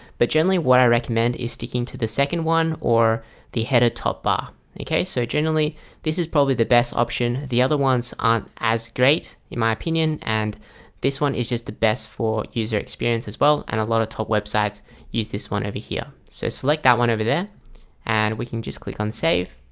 but generally what i recommend is sticking to the second one or the header top bar okay, so generally this is probably the best option the other ones aren't as great in my opinion and this one is just the best for user experience as well and a lot of top websites use this one over here so select that one over there and we can just click on save